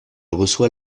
reçoit